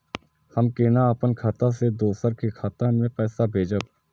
हम केना अपन खाता से दोसर के खाता में पैसा भेजब?